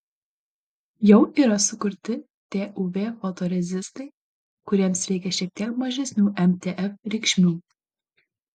jau yra sukurti tuv fotorezistai kuriems reikia šiek tiek mažesnių mtf reikšmių